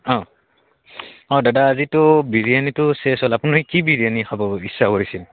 অ' অ' দাদা আজিতো বিৰিয়ানীটো শেষ হ'ল আপুনি কি বিৰিয়ানী খাব ইচ্ছা কৰিছে